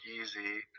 easy